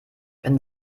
wenn